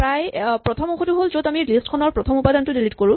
প্ৰথম অংশটো হ'ল য'ত আমি লিষ্ট খনৰ প্ৰথম উপাদানটো ডিলিট কৰো